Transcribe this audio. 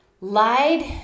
lied